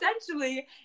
essentially